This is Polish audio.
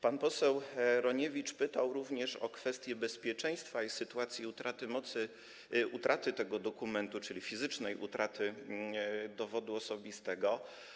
Pan poseł Raniewicz pytał również o kwestie bezpieczeństwa w sytuacji utraty tego dokumentu, czyli fizycznej utraty dowodu osobistego.